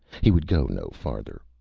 he would go no farther.